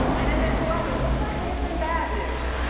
and then there's the weather, which, lately, has been bad news.